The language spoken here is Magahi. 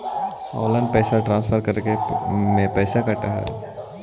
ऑनलाइन पैसा ट्रांसफर करे में पैसा कटा है?